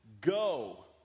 Go